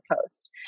post